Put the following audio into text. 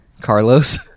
carlos